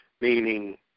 meaning